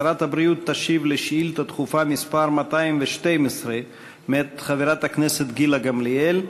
שרת הבריאות תשיב על שאילתה דחופה מס' 212 מאת חברת הכנסת גילה גמליאל.